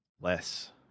less